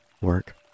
work